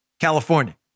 California